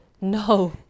No